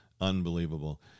Unbelievable